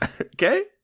Okay